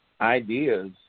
ideas